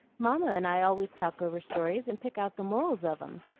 mamma and i always talk over stories, and pick out the morals of em.